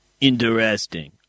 Interesting